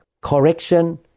correction